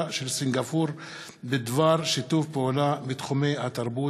של סינגפור בדבר שיתוף פעולה בתחומי התרבות,